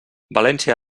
valència